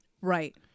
Right